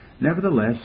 Nevertheless